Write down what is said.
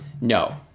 No